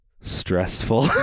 stressful